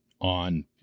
on